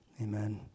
Amen